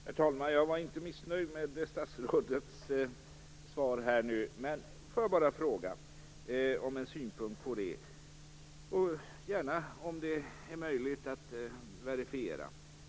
Herr talman! Jag är inte missnöjd med statsrådets svar. Men jag vill bara höra vad statsrådet har för synpunkt på följande - och gärna om den är möjligt att verifiera.